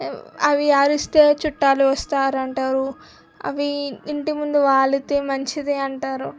అవి అవి అరిస్తే చుట్టాలు వస్తారు అంటారు అవీ ఇంటి ముందు వాలితే మంచిది అంటారు